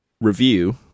review